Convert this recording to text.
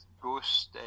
ghost